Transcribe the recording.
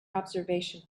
observation